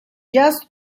just